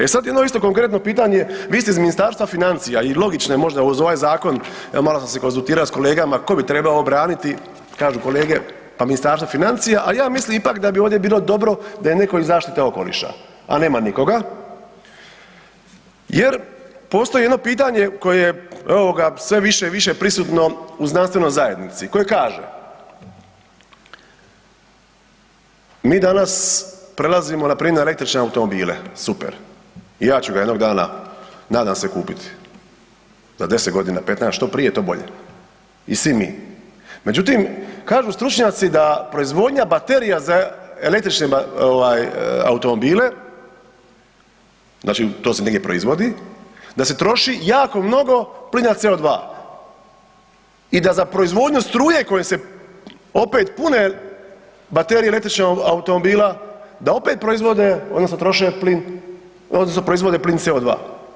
E sad jedno isto konkretno pitanje, vi ste iz Ministarstva financija i logično je možda uz ovaj zakon, evo malo sam se konzultirao sa kolegama, tko bi trebao obraniti, kažu kolege pa Ministarstvo financija ali ja mislim ipak bi ovdje bilo dobro da je neko iz zaštite okoliša a nema nikoga jer postoji jedno pitanje evo ga, sve više i više je prisutno u znanstvenoj zajednici koje kaže mi danas prelazimo npr. na električne automobile, super, i ja ću ga jednog dana nadam se, kupiti, za 10 g., 15, što prije, to bolje i svi mi međutim kažu stručnjaci da proizvodnja baterija za električne automobile, znači to se negdje proizvodi, da se troši jako mnogo plina CO2 i da proizvodnju struje kojom se opet pune baterije električnog automobila, da opet proizvode odnosno troše plin odnosno proizvode plin CO2.